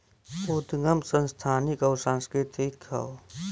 उदगम संस्थानिक अउर सांस्कृतिक हौ